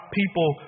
people